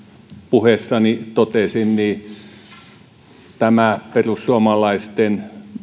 puheessani totesin perussuomalaisten